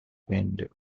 pinned